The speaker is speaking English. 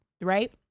right